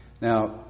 Now